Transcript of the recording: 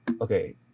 okay